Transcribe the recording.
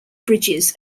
bridges